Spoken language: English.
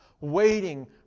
waiting